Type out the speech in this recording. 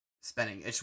spending